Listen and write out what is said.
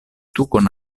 tukon